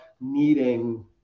needing